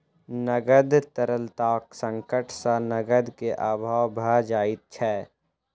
नकद तरलताक संकट सॅ नकद के अभाव भ जाइत छै